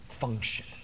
function